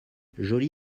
joli